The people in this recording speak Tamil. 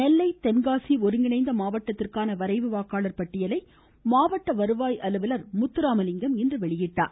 நெல்லை தென்காசி ஒருங்கிணைந்த மாவட்டத்திற்கான வரைவு வாக்காளர் பட்டியலை மாவட்ட வருவாய் அலுவலர் முத்துராமலிங்கம் இன்று வெளியிட்டார்